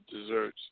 desserts